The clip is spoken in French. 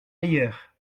ailleurs